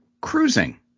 cruising